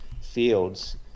fields